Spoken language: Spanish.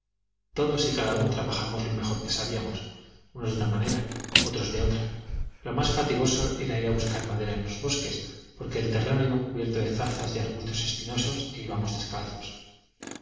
todos y cada uno trabajábamos lo mejor que sabíamos unos de una manera otros de otra lo más fatigoso era ir a buscar madera en los bosques porque el terreno estaba cubierto de zarzas y arbustos espinosos e íbamos descalzos